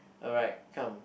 alright come